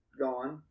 gone